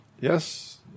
Yes